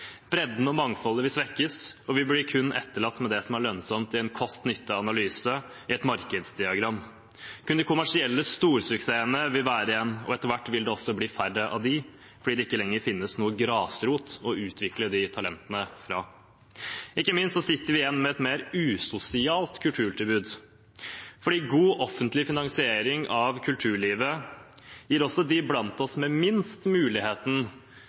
Bredden og mangfoldet vil svekkes, og vi blir kun etterlatt med det som er lønnsomt i en kost–nytte-analyse i et markedsdiagram. Kun de kommersielle storsuksessene vil være igjen. Etter hvert vil det også bli færre av dem, fordi det ikke lenger finnes noen grasrot å utvikle disse talentene fra. Ikke minst sitter vi igjen med et mer usosialt kulturtilbud, fordi god offentlig finansiering av kulturlivet gir også dem blant oss som har minst, muligheten